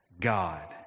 God